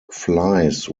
flies